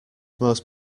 most